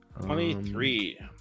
Twenty-three